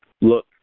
look